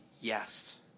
yes